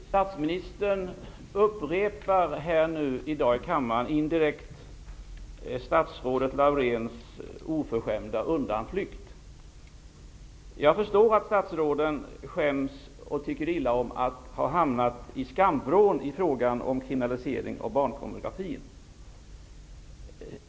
Fru talman! Statsministern upprepar här i dag indirekt statsrådet Lauréns oförskämda undanflykt. Jag förstår att statsråden skäms och tycker illa om att ha hamnat i skamvrån i frågan om kriminalisering av barnpornografin.